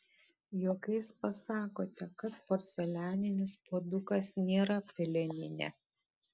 juokais pasakote kad porcelianinis puodukas nėra peleninė